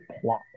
plot